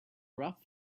rough